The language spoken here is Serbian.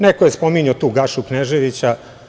Neko je spominjao Gašu Kneževića.